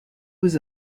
was